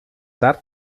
tard